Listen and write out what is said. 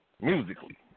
musically